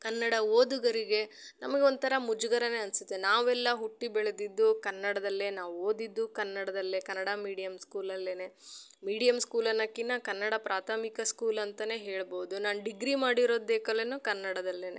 ಕನ್ನಡ ಓದುಗರಿಗೆ ನಮ್ಗೆ ಒಂಥರ ಮುಜುಗರ ಅನಿಸುತ್ತೆ ನಾವೆಲ್ಲ ಹುಟ್ಟಿ ಬೆಳೆದಿದ್ದು ಕನ್ನಡದಲ್ಲೆ ನಾವು ಓದಿದ್ದು ಕನ್ನಡದಲ್ಲೆ ಕನ್ನಡ ಮೀಡಿಯಮ್ ಸ್ಕೂಲಲ್ಲೆ ಮೀಡಿಯಮ್ ಸ್ಕೂಲ್ ಅನ್ನೋಕ್ಕಿನ್ನ ಕನ್ನಡ ಪ್ರಾಥಮಿಕ ಸ್ಕೂಲ್ ಅಂತ ಹೇಳ್ಬೋದು ನಾನು ಡಿಗ್ರಿ ಮಾಡಿರೋದೇಕಲೆನು ಕನ್ನಡದಲ್ಲೇ